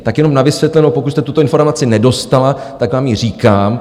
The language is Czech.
Tak jenom na vysvětlenou, pokud jste tuto informaci nedostala, tak vám ji říkám.